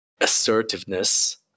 assertiveness